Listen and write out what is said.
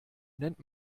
nennt